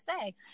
say